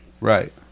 Right